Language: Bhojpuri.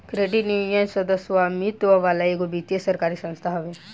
क्रेडिट यूनियन, सदस्य स्वामित्व वाला एगो वित्तीय सरकारी संस्था हवे